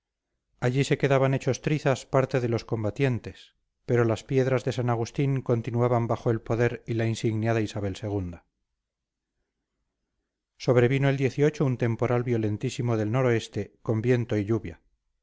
allí se quedaban hechos trizas parte de los combatientes pero las piedras de san agustín continuaban bajo el poder y la insignia de isabel ii sobrevino el un temporal violentísimo del noroeste con viento y lluvia